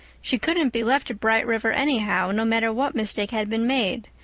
she couldn't be left at bright river anyhow, no matter what mistake had been made,